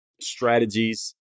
strategies